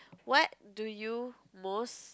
what do you most